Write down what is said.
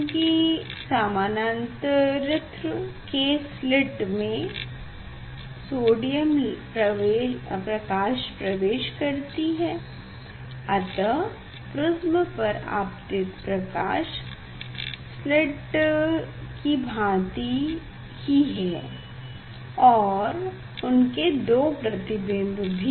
चूंकि समांतरित्र के स्लिट से सोडियम प्रकाश प्रवेश करती है अतः प्रिस्म पर आपतीत प्रकाश स्लिट की भाँति है और उनके 2 प्रतिबिंब भी